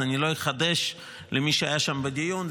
אני לא אחדש למי שהיה שם בדיון,